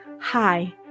Hi